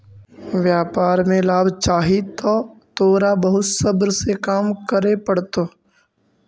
व्यापार में लाभ चाहि त तोरा बहुत सब्र से काम करे पड़तो